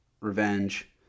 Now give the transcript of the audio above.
Revenge